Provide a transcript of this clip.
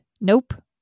nope